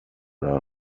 our